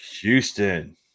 houston